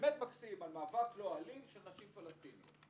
על מאבק לא אלים של נשים פלסטיניות.